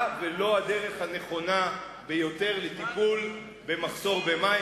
ולא הדרך הנכונה ביותר לטיפול במחסור במים.